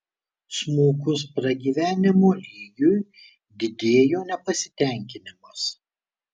smukus pragyvenimo lygiui didėjo nepasitenkinimas